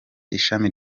ishami